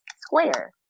Square